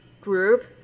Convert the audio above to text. group